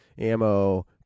Ammo